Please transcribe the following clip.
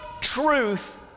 truth